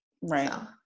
Right